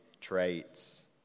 traits